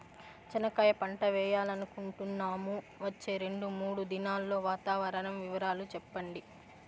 చెనక్కాయ పంట వేయాలనుకుంటున్నాము, వచ్చే రెండు, మూడు దినాల్లో వాతావరణం వివరాలు చెప్పండి?